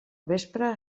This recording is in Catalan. vespre